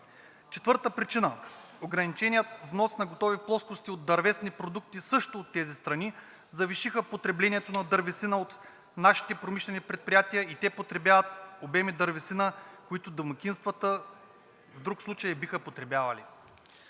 Четвърта причина – ограниченият внос на готови плоскости от дървесни продукти също от тези страни завишиха потреблението на дървесина от нашите промишлени предприятия и те потребяват обеми дървесина, които домакинствата в друг случай биха потребявали.